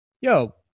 Yo